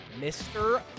Mr